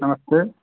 नमस्ते